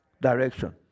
Direction